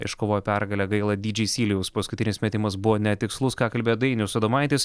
iškovojo pergalę gaila dydžėj silijaus paskutinis metimas buvo netikslus ką kalbėjo dainius adomaitis